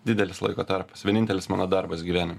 didelis laiko tarpas vienintelis mano darbas gyvenim